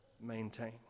maintain